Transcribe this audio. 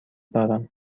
دارم